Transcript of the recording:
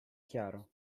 chiaro